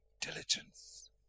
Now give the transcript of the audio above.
diligence